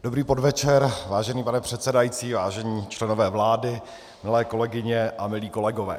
Dobrý podvečer, vážený pane předsedající, vážení členové vlády, milé kolegyně a milí kolegové.